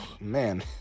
man